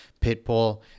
Pitbull